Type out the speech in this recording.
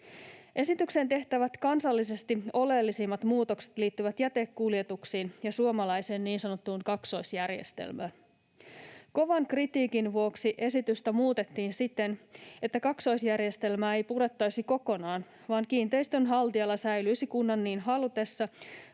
Esitykseen tehtävät kansallisesti oleellisimmat muutokset liittyvät jätekuljetuksiin ja suomalaiseen niin sanottuun kaksoisjärjestelmään. Kovan kritiikin vuoksi esitystä muutettiin siten, että kaksoisjärjestelmää ei purettaisi kokonaan vaan kiinteistön haltijalla säilyisi kunnan niin halutessa